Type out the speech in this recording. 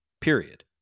period